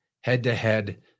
head-to-head